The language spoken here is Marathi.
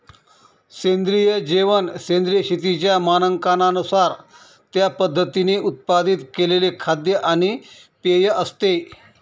सेंद्रिय जेवण सेंद्रिय शेतीच्या मानकांनुसार त्या पद्धतीने उत्पादित केलेले खाद्य आणि पेय असते